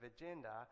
agenda